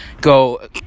go